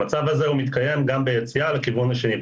המצב הזה מתקיים גם ביציאה לכיוון השני,